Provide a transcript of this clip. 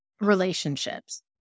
relationships